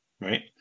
right